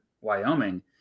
Wyoming